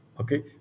Okay